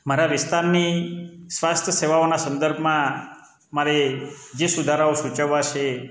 મારા વિસ્તારની સ્વાસ્થ સેવાઓના સંદર્ભમાં મારે જે સુધારાઓ સૂચવવા છે